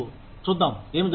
చూద్దాం ఏమి జరుగుతుందో